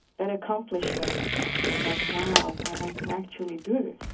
that accomplishment that, wow, i can actually do